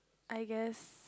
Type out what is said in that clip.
I guess